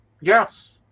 yes